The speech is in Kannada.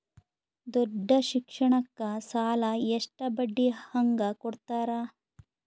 ದೊಡ್ಡ ಶಿಕ್ಷಣಕ್ಕ ಸಾಲ ಎಷ್ಟ ಬಡ್ಡಿ ಹಂಗ ಕೊಡ್ತಾರ?